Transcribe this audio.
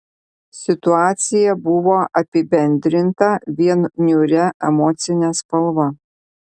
situacija buvo apibendrinta vien niūria emocine spalva